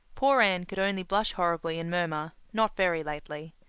poor anne could only blush horribly and murmur, not very lately,